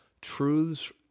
Truths